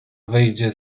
wyjdzie